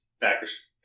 Packers